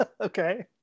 Okay